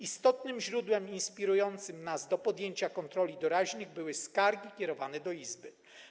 Istotnym źródłem inspirującym nas do podjęcia kontroli doraźnych były skargi kierowane do Izby.